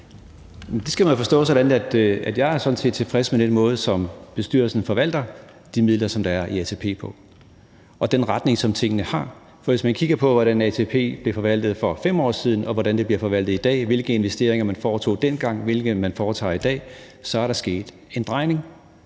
Det skal man forstå sådan, at jeg sådan set er tilfreds med den måde, som bestyrelsen forvalter de midler, der er i ATP, på, og den retning, som tingene har. For hvis man kigger på, hvordan ATP blev forvaltet for 5 år siden, og hvordan ATP bliver forvaltet i dag – altså, hvilke investeringer man foretog dengang, og hvilke man foretager i dag – så er der sket en drejning,